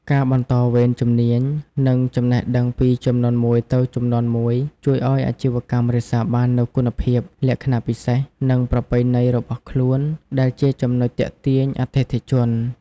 ការបន្តវេនជំនាញ និងចំណេះដឹងពីជំនាន់មួយទៅជំនាន់មួយ ជួយឲ្យអាជីវកម្មរក្សាបាននូវគុណភាព លក្ខណៈពិសេស និងប្រពៃណីរបស់ខ្លួន ដែលជាចំណុចទាក់ទាញអតិថិជន។